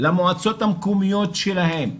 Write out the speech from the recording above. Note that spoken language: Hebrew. למועצות המקומיות שלהם.